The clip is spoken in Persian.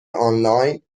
آنلاین